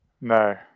No